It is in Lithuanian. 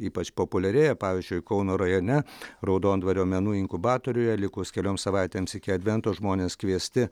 ypač populiarėja pavyzdžiui kauno rajone raudondvario menų inkubatoriuje likus kelioms savaitėms iki advento žmonės kviesti